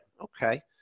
Okay